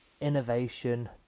innovation